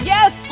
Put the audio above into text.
Yes